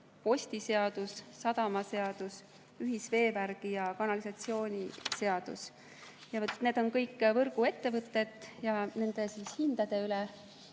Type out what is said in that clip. postiseadus, sadamaseadus, ühisveevärgi ja -kanalisatsiooni seadus. Need on kõik võrguettevõtted ja nende hindade üle